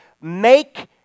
make